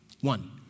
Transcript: One